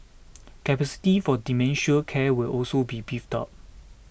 capacity for dementia care will also be beefed up